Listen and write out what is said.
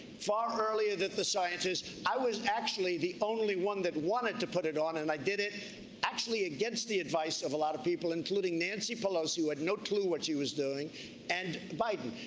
far earlier than the scientists. i was actually the only one that wanted to put it on and i did it actually against the advice of a lot of people including nancy pelosi who had no clue what she was doing and biden.